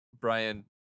Brian